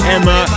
Emma